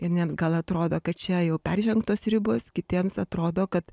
vieniems gal atrodo kad čia jau peržengtos ribos kitiems atrodo kad